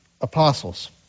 apostles